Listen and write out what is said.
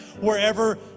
wherever